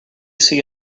see